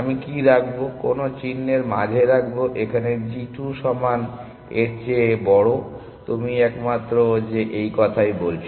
আমি কি রাখব কোন চিহ্নের মাঝে রাখব এখানে g 2 সমান এর চেয়ে বড় তুমি একমাত্র যে এই কথা বলছে